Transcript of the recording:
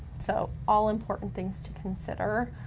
so, all important things to consider.